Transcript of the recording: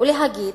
ולהגיד